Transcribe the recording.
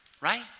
right